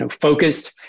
focused